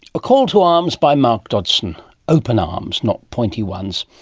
a call to arms by mark dodgson open arms, not pointy ones.